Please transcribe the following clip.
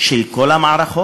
של כל המערכות,